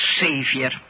savior